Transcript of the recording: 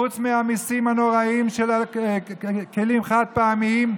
חוץ מהמיסים הנוראיים של כלים חד-פעמיים,